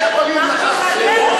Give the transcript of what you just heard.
תחזרו לעזה.